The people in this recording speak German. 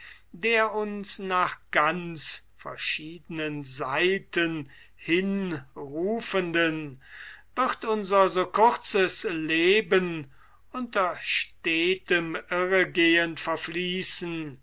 der uns nach ganz verschiedenen seiten hin rufenden wird unser so kurzes leben unter irregehen verfließen